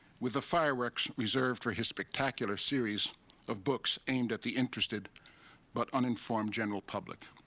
with the fireworks reserved for his spectacular series of books aimed at the interested but uninformed general public.